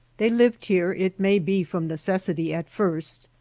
they lived here, it may be from necessity at first,